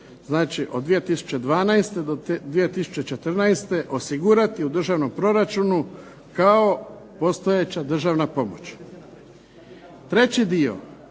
znači od 2012. do 2014. osigurati u državnom proračunu kao postojeća državna pomoć. Treći dio